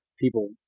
people